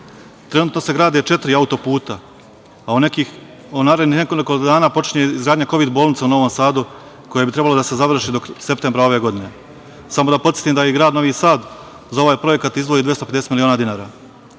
BDP-a. Trenutno se grade četiri auto-puta, a u narednih nekoliko dana počinje izgradnja kovid bolnice u Novom Sadu, koja bi trebalo da se završi do septembra ove godine. Samo da podsetim da je grad Novi Sad za ovaj projekat izdvojio 250 miliona dinara. Uveliko